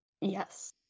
Yes